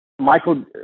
Michael